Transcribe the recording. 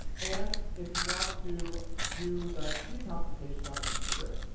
and if you want to do the precomputation on the computer